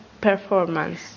performance